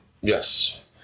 Yes